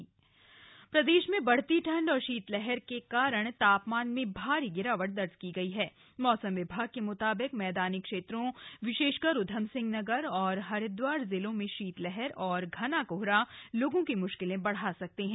मौसम प्रदेश में बढ़ती ठंड और शीतलहर के साथ तापमान में भारी गिरावट दर्ज की गई हण मौसम विभाग के मुताबिक मद्दानी क्षेत्रों विशेषकर ऊधमसिंहनगर और हरिदवार जिलों में शीतलहर और घना कोहरा लोगों की म्श्किलें बढ़ा सकते हैं